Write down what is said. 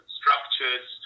structures